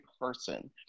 person